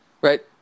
Right